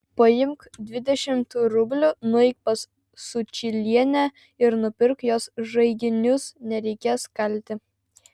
paimk dvidešimt rublių nueik pas sučylienę ir nupirk jos žaiginius nereikės kalti